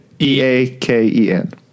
E-A-K-E-N